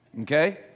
Okay